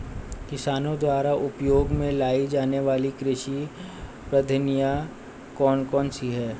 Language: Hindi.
किसानों द्वारा उपयोग में लाई जाने वाली कृषि पद्धतियाँ कौन कौन सी हैं?